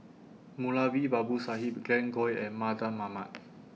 Moulavi Babu Sahib Glen Goei and Mardan Mamat